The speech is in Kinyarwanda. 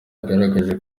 yagaragaje